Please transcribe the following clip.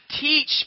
teach